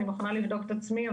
אני מוכנה לבדוק את עצמי,